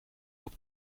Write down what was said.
ook